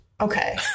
Okay